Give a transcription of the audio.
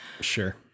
Sure